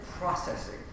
processing